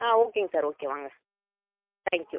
ஆ ஓகேங்க sir okay வாங்க thank you